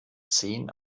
zehn